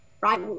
right